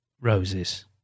roses